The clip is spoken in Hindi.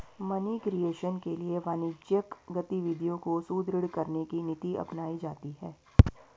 मनी क्रिएशन के लिए वाणिज्यिक गतिविधियों को सुदृढ़ करने की नीति अपनाई जाती है